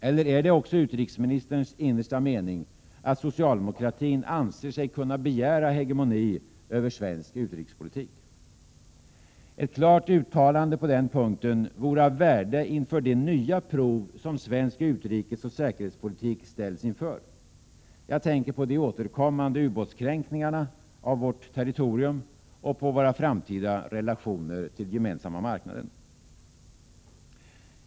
Eller är det också utrikesministerns innersta mening, att socialdemokratin anser sig kunna begära hegemoni över svensk utrikespolitik? Ett klart uttalande på den punkten vore av värde inför de nya prov som svensk utrikesoch säkerhetspolitik ställs inför. Jag tänker på de återkommande ubåtskränkningarna av vårt territorium och på våra framtida relationer till gemensamma marknaden.